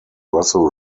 russell